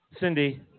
Cindy